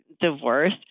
divorce